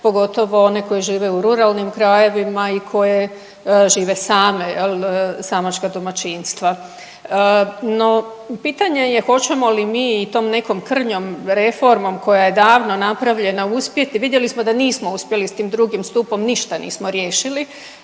pogotovo one koje žive u ruralnim krajevima i koje žive same jel, samačka domaćinstva. No pitanje je hoćemo li mi i tom nekom krnjom reformom koja je davno napravljena uspjeti, vidjeli smo da nismo uspjeli s tim drugim stupom, ništa nismo riješili,